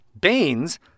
Baines